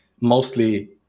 mostly